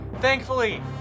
Thankfully